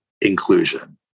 inclusion